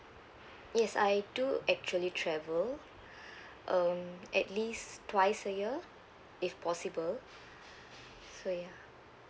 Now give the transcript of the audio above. yes I do actually travel um at least twice a year if possible so ya